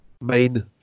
main